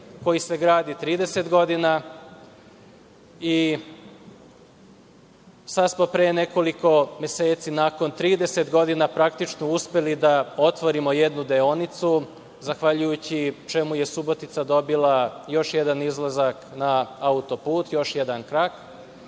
koji se gradi 30 godina i sada smo pre nekoliko meseci, nakon 30 godina praktično, uspeli da otvorimo jednu deonicu zahvaljujući čemu je Subotica dobila još jedan izlazak na autoput, još jedan krak.